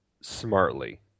smartly